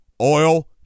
Oil